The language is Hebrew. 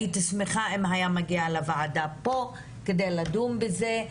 הייתי שמחה אם זה היה מגיע לוועדה הזאת כדי לדון בזה,